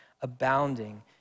abounding